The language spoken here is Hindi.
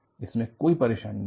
इसमें कोई परेशानी नहीं है